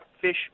fish